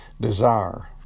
Desire